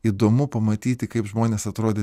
įdomu pamatyti kaip žmonės atrodė